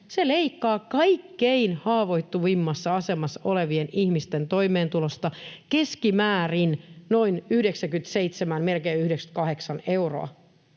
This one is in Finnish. leikkaa kaikkein haavoittuvimmassa asemassa olevien ihmisten toimeentulosta keskimäärin noin 97, melkein 98 euroa.